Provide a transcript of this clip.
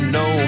no